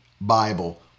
Bible